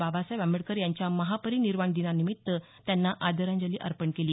बाबसाहेब आंबेडकर यांच्या महापरिनिर्वाणानिमित्त आदरांजली अर्पण केली